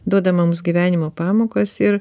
duoda mums gyvenimo pamokas ir